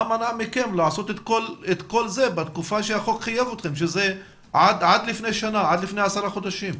לעשות את כל זה בתקופה שהחוק חייב אתכם שזה עד לפני עשרה חודשים?